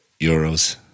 Euros